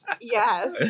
Yes